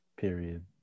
Period